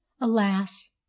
alas